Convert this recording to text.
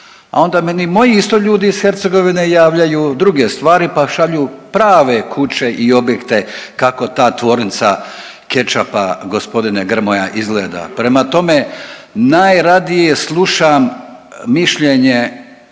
a onda meni moji isto ljudi iz Hercegovine javljaju druge stvari pa šalju prave kuće i objekte kako ta tvornica kečapa, g. Grmoja, izgleda, prema tome, najradije slušam mišljenje